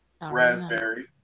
raspberry